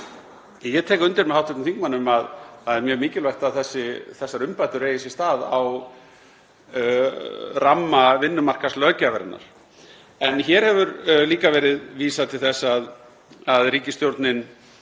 ég tek undir með hv. þingmanni að það er mjög mikilvægt að þessar umbætur eigi sér stað á ramma vinnumarkaðslöggjafarinnar. Hér hefur líka verið vísað til þess að ríkisstjórnin